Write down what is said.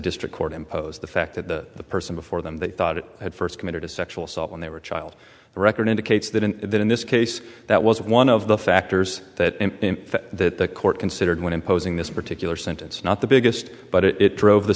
district court imposed the fact that the person before them they thought it had first committed a sexual assault when they were a child the record indicates that in that in this case that was one of the factors that the court considered when imposing this particular sentence not the biggest but it